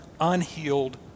unhealed